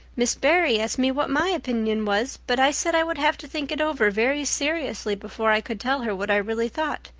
miss barry asked me what my opinion was, but i said i would have to think it over very seriously before i could tell her what i really thought.